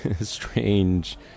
strange